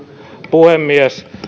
puhemies